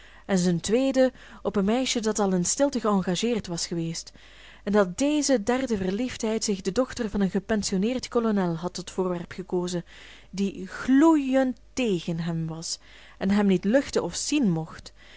en zijn tweede op een meisje dat al in stilte geëngageerd was geweest en dat deze derde verliefdheid zich de dochter van een gepensioneerd kolonel had tot voorwerp gekozen die gloeiend tegen hem was en hem niet luchten of zien mocht